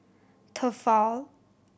Tefal